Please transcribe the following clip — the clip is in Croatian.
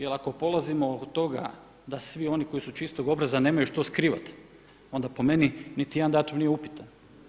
Jer ako polazimo oko toga da svi oni koji su čistog obraza nemaju što skrivati, onda po meni niti jedan datum nije upitan.